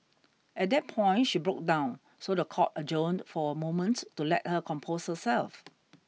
at that point she broke down so the court adjourned for a moment to let her compose herself